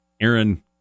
Aaron